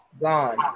gone